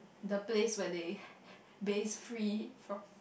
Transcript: the place where they base free from